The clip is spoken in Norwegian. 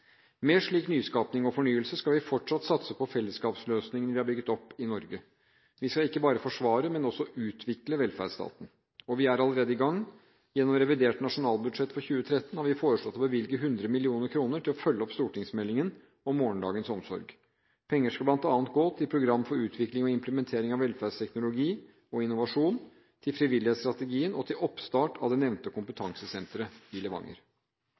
Med slik nyskaping og fornyelse skal vi fortsatt satse på fellesskapsløsningene vi har bygget opp i Norge. Vi skal ikke bare forsvare, men også utvikle velferdsstaten. Vi er allerede i gang. Gjennom revidert nasjonalbudsjett for 2013 har vi foreslått å bevilge 100 mill. kr til å følge opp stortingsmeldingen om morgendagens omsorg. Pengene skal bl.a. gå til program for utvikling og implementering av velferdsteknologi og innovasjon, til frivillighetsstrategien og til oppstart av det nevnte kompetansesenteret i Levanger.